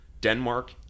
Denmark